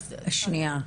תודה.